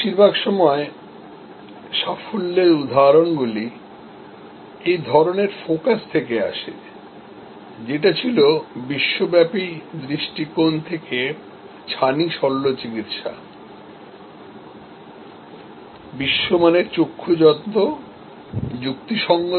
বেশিরভাগ সময় সাফল্যের উদাহরণগুলি এই ধরণের ফোকাস থেকে আসে যেটা ছিল গ্লোবাল পরিপ্রেক্ষিতে ছানি চিকিত্সা বিশ্বমানের চোখের যত্ন রিজেনেবল খরচার মধ্যে